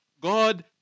God